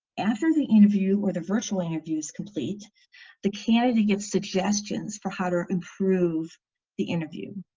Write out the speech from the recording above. after the interview, or the virtual interview, is complete the candidate gets suggestions for how to improve the interview.